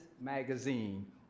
Magazine